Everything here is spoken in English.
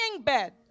bed